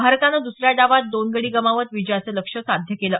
भारतानं दसऱ्या डावात दोन गडी गमावत विजयाचं लक्ष्य साध्य केलं